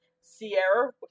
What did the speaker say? Sierra